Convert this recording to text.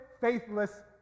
faithless